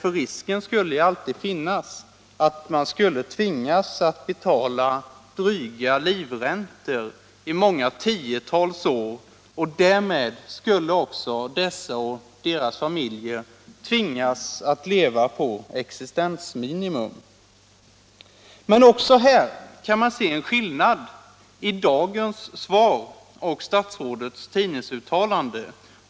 Risken skulle ju alltid finnas att man tvingades betala dryga livräntor i många tiotals år, och därmed skulle också de och deras familjer tvingas leva på existensminimum. Men också här kan man se en skillnad mellan dagens svar och statsrådets tidningsuttalande.